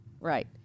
Right